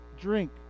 drink